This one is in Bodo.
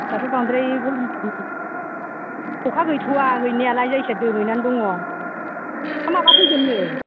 दाथ' बांद्राय गरम जानाङा अखा गैथ'वा गैनायालाय जायखिया दोमैनानै दङ हा माब्ला फैगोननो